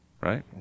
right